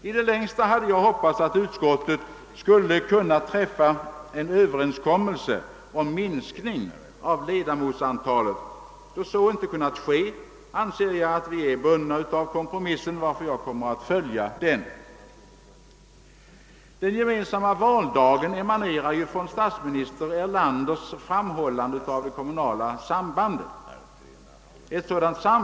I det längsta hade jag hoppats att utskottet skulle kunna träffa en överenskommelse om minskning av antalet ledamöter, Då det inte var möjligt anser jag att vi är bundna av kompromissen, varför jag kommer att följa den. Den gemensamma valdagen emanerar från statsminister Erlanders framhållande av kommunalpolitikens samband med rikspolitiken.